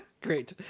Great